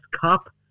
Cup